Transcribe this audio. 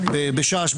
בש"ס,